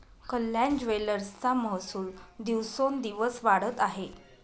कल्याण ज्वेलर्सचा महसूल दिवसोंदिवस वाढत आहे